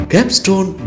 Capstone